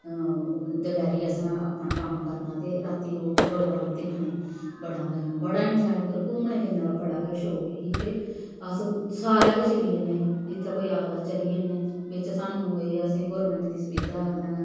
दपैह्रीं असें अपना कम्म करना ते रातीं ओह् प्रोग्राम दिक्खने बड़ा मज़ा ओह् बड़ा इंजाए मतलब घूमने फिरने दा बड़ा गै शौक ही ते अस सारे गै चली जन्ने जित्थै कोई आखदा चली जन्ने बिच्च सानूं एह् असेंगी गौरमेंट दी सुविधा कन्नै गै